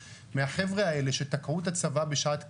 מהחבר'ה האלה שתקעו את הצבא בשעת קרב,